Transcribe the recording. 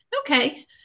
Okay